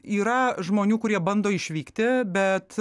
yra žmonių kurie bando išvykti bet